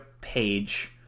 page